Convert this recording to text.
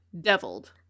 Deviled